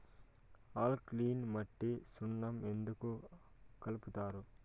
alkaline మట్టికి సున్నం ఎందుకు కలుపుతారు